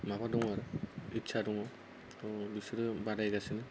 माबा दङ आरो इस्सा दङ त' बिसोरो बादायगासिनो